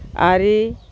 ᱟᱨᱮ